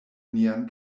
nian